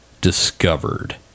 discovered